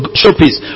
showpiece